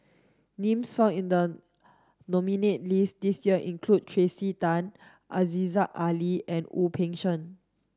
names found in the nominees' list this year include Tracey Tan Aziza Ali and Wu Peng Seng